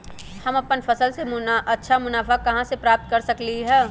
हम अपन फसल से अच्छा मुनाफा कहाँ से प्राप्त कर सकलियै ह?